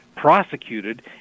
Prosecuted